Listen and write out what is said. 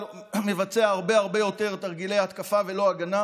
מבצע הרבה הרבה יותר תרגילי התקפה ולא הגנה